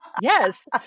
Yes